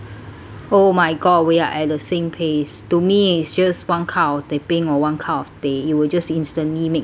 oh my god we are at the same pace to me it's just one cup of teh peng or one cup of teh it will just instantly make my